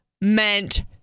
meant